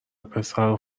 وپسرو